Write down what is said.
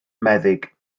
meddyg